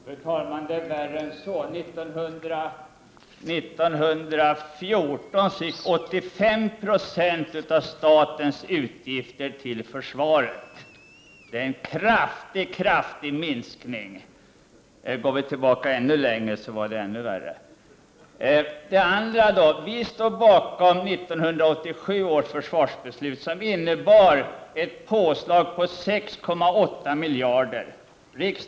Fru talman! Det förhåller sig värre än så. 1914 gick 85 96 av statens utgifter till försvaret. Minskningen är mycket kraftig. Om vi går ännu längre tillbaka i tiden, blir minskningen ännu större. Vi i folkpartiet står bakom 1987 års försvarsbeslut, som innebar ett påslag på 6,8 miljarder kronor.